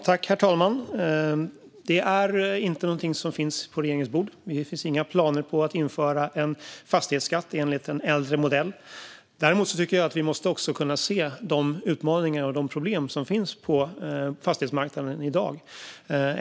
Herr talman! Detta är inte något som finns på regeringens bord. Det finns inga planer på att införa en fastighetsskatt enligt en äldre modell. Däremot tycker jag att vi måste kunna se de utmaningar och problem som finns på fastighetsmarknaden i dag.